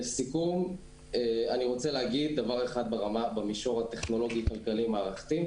אני רוצה להגיד דבר אחד במישור הטכנולוגי-כלכלי מערכתי.